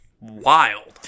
wild